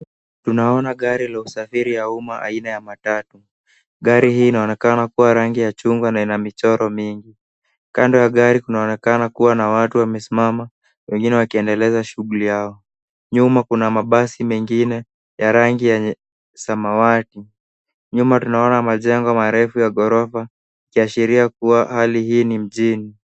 Tunaona gari la usafiri aina ya matatu, gari hii inaonekana kuwa rangi yachungwabna ina michoro mingi, kando ya gari inaonekana kuwa na watu wamesimama wengine wakiendelesa shughuli yao, nyuma Kuna mabasi mengine ya rangi yenye samawati, nyuma tunaona machengo marefu ya korofa ikiashiria kua hali hii ni mjini